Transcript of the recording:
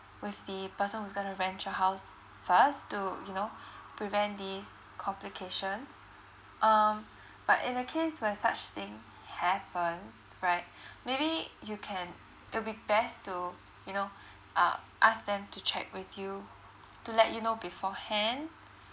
with the person who's gonna rent your house first to you know prevent this complications um but in the case where such thing happens right maybe you can it'll be best to you know uh ask them to check with you to let you know beforehand